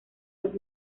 los